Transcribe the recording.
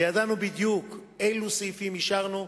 וידענו בדיוק אילו סעיפים אישרנו,